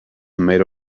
made